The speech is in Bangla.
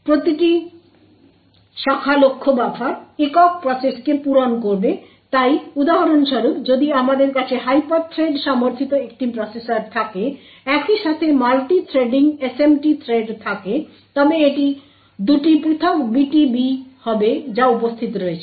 প্রতিটি শাখা লক্ষ্য বাফার একক প্রসেসকে পূরণ করবে তাই উদাহরণস্বরূপ যদি আমাদের কাছে হাইপারথ্রেড সমর্থিত একটি প্রসেসর থাকে একই সাথে মাল্টিথ্রেডিং SMT থ্রেড থাকে তবে এটি দুটি পৃথক BTB হবে যা উপস্থিত রয়েছে